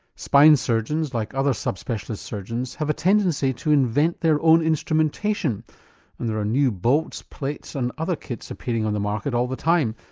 spine surgeons, like other sub-specialist surgeons, have a tendency to invent their own instrumentation and there are new bolts, plates and other kits appearing on the market all the time,